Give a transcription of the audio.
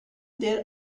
there